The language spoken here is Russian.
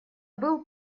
был